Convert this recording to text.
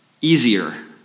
easier